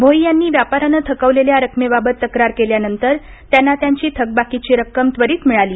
भोई यांनी व्यापाऱ्यानं थकवलेल्या रकमेबाबत तक्रार केल्यानंतर त्यांना त्यांची थकबाकीची रक्कम त्वरित मिळाली